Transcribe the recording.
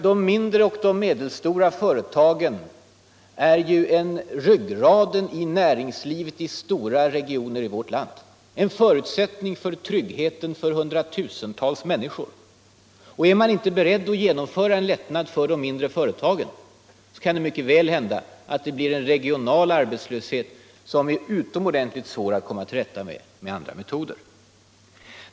De mindre och medelstora företagen är ju ryggraden i näringslivet i stora delar av vårt land, en förutsättning för tryggheten för hundratusentals människor. Och är man inte beredd att genomföra en lättnad för de mindre företagen, så kan det mycket väl hända att det blir en regional arbetslöshet som är utomordentligt svår att komma till rätta med med andra metoder.